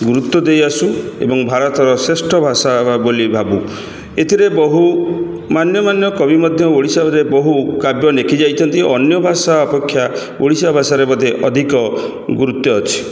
ଗୁରୁତ୍ୱ ଦେଇ ଆସୁ ଏବଂ ଭାରତର ଶ୍ରେଷ୍ଠ ଭାଷା ବୋଲି ଭାବୁ ଏଥିରେ ବହୁ ମାନ୍ୟମାନ୍ୟ କବି ମଧ୍ୟ ଓଡ଼ିଶାରେ ବହୁ କାବ୍ୟ ଲେଖି ଯାଇଛନ୍ତି ଓ ଅନ୍ୟ ଭାଷା ଅପେକ୍ଷା ଓଡ଼ିଶା ଭାଷାରେ ବୋଧେ ଅଧିକ ଗୁରୁତ୍ୱ ଅଛି